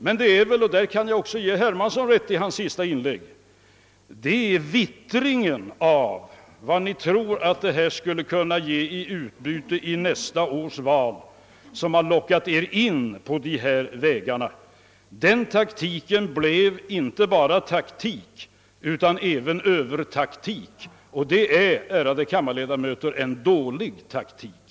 Men det är väl — däri kan jag ge herr Hermansson rätt i hans senaste inlägg — vittringen av vad ni tror att detta skulle kunna ge i utbyte i nästa års val som har lockat er in på dessa vägar. Taktiken blev inte bara taktik utan även övertaktik, och det är, ärade kammarledamöter, en dålig taktik.